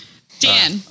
Dan